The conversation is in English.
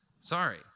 Sorry